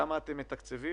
כמה אתם מתקצבים.